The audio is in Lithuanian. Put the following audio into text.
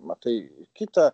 matai kitą